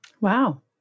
Wow